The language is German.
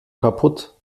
kaputt